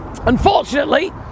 Unfortunately